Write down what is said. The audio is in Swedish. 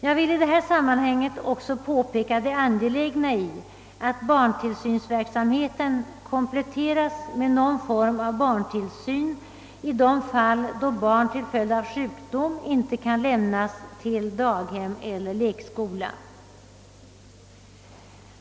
Jag vill i detta sammanhang också påpeka det angelägna i att barntillsynsverksamheten kompletteras med någon form av barntillsyn i de fall då barn till följd av sjukdom inte kan lämnas till daghem eller lekskola.